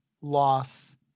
loss